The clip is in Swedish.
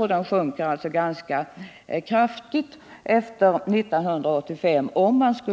Om man skulle